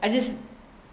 I just